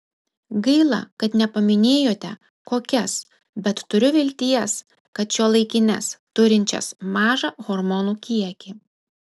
gaila kad nepaminėjote kokias bet turiu vilties kad šiuolaikines turinčias mažą hormonų kiekį